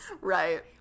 right